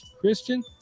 Christian